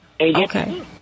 Okay